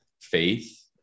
faith